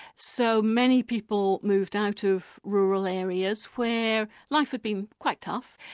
so many people moved out of rural areas where life had been quite tough.